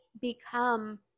become